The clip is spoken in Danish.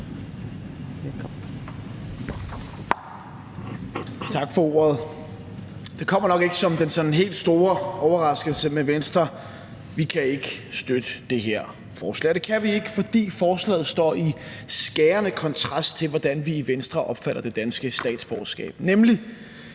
Tak for ordet. Det kommer nok ikke som den helt store overraskelse, at Venstre ikke kan støtte det her forslag. Og det kan vi ikke, fordi forslaget står i skærende kontrast til, hvordan vi i Venstre opfatter det danske statsborgerskab, nemlig